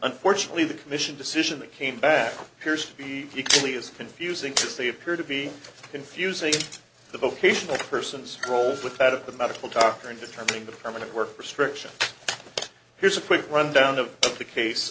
nfortunately the commission decision that came back piers to be equally as confusing as the appear to be confusing the vocational persons roles with that of the medical doctor in determining the permanent work prescription here's a quick rundown of the case